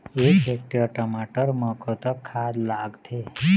एक हेक्टेयर टमाटर म कतक खाद लागथे?